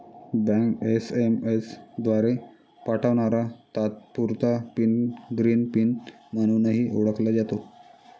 bank SMS द्वारे पाठवणारा तात्पुरता पिन ग्रीन पिन म्हणूनही ओळखला जातो